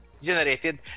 generated